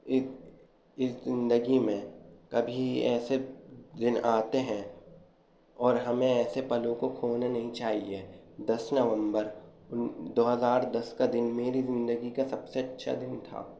اس اس زندگی میں کبھی ایسے دن آتے ہیں اور ہمیں ایسے پلوں کو کھونا نہیں چاہیے دس نومبر دو ہزار دس کا دن میری زندگی کا سب سے اچھا دن تھا